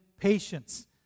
patience